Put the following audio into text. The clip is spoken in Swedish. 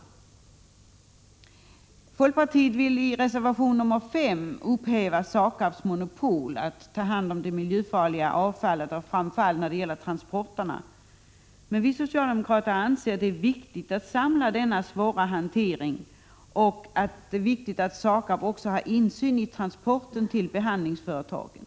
I reservation 5 säger sig folkpartiet vilja upphäva SAKAB:s monopol på omhändertagandet av miljöfarligt avfall, framför allt när det gäller transporterna. Vi socialdemokrater anser emellertid att det är viktigt att samla denna svåra hantering. Det är viktigt att SAKAB har insyn också när det gäller transporten till behandlingsföretagen.